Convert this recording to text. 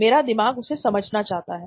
मेरा दिमाग उसे समझना चाह रहा है